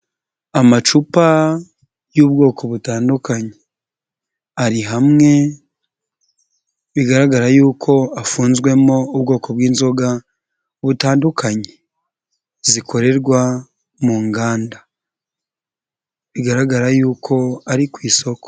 Amacupa y'ubwoko butandukanye ari hamwe, bigaragara yuko afunzwemo ubwoko bw'inzoga butandukanye zikorerwa mu nganda, bigaragara yuko ari ku isoko.